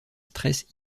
stress